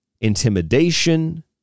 intimidation